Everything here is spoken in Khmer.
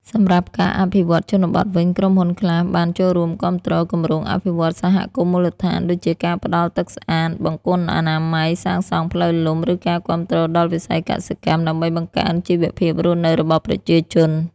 សម្រាប់់ការអភិវឌ្ឍជនបទវិញ ក្រុមហ៊ុនខ្លះបាន ចូលរួមគាំទ្រគម្រោងអភិវឌ្ឍន៍សហគមន៍មូលដ្ឋាន ដូចជាការផ្ដល់ទឹកស្អាត បង្គន់អនាម័យ សាងសង់ផ្លូវលំ ឬការគាំទ្រដល់វិស័យកសិកម្ម ដើម្បីបង្កើនជីវភាពរស់នៅរបស់ប្រជាជន។